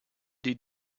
die